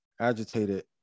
agitated